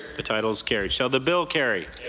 the title is carried. shall the bill carry.